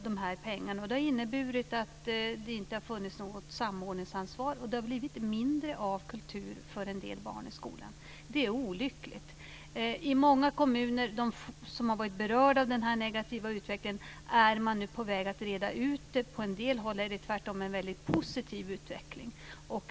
Det har inneburit att det inte har funnits något samordningsansvar, och det har blivit mindre av kultur för en del barn i skolan. Det är olyckligt. I många kommuner som har varit berörda av den här negativa utvecklingen är man nu på väg att reda ut det. På en del håll är det tvärtom en väldigt positiv utveckling.